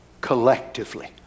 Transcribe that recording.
collectively